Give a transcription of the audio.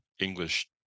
English